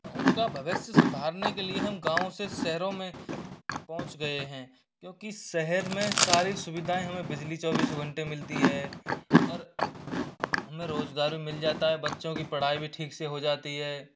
उनका भविष्य सुधारने के लिए हम गाँव से शहरों में पहुँच गए हैं क्योंकि शहर में सारी सुविधाएँ हमें बिजली चौबीस घंटे मिलती हैं और हमें रोजगार भी मिल जाता है बच्चों की पढ़ाई भी ठीक से हो जाती है